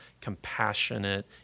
compassionate